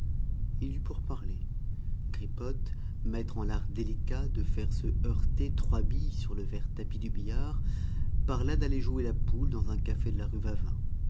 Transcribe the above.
il y eut pourparlers gripothe maître en l'art délicat de faire se heurter trois billes sur le vert tapis du billard parla d'aller jouer la poule dans un café de la rue vavin